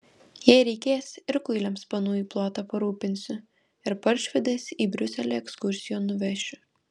jei reikės ir kuiliams panų į plotą parūpinsiu ir paršavedes į briuselį ekskursijon nuvešiu